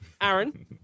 Aaron